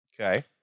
Okay